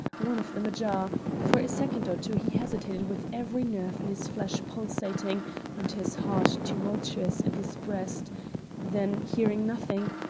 one of them ajar for a second or two he hesitated with every nerve in his flesh pulsating and his heart tumultuous in his breast then hearing nothing,